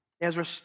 Ezra